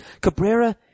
Cabrera